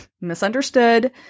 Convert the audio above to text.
misunderstood